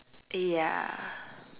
ya